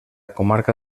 comarca